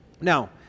Now